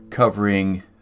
Covering